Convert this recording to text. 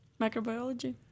Microbiology